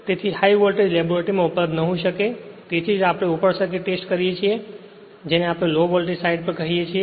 તેથી કારણ કે હાઇ વોલ્ટેજ લેબોરેટરીમાં ઉપલબ્ધ ન હોઈ શકે તેથી જ આપણે ઓપન સર્કિટ કરીએ છીએ જેને આપણે લો વોલ્ટેજ સાઇડ પર કહીયે છીએ